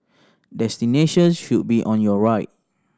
destination should be on your right